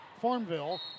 Farmville